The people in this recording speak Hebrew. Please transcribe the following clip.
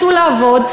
צאו לעבוד.